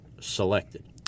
selected